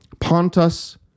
Pontus